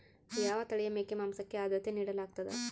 ಯಾವ ತಳಿಯ ಮೇಕೆ ಮಾಂಸಕ್ಕೆ, ಆದ್ಯತೆ ನೇಡಲಾಗ್ತದ?